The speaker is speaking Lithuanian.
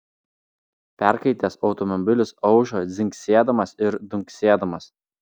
perkaitęs automobilis aušo dzingsėdamas ir dunksėdamas